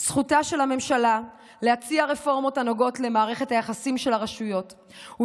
"זכותה של הממשלה להציע רפורמות הנוגעות למערכת היחסים בין הרשויות